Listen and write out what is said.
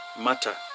matter